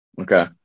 okay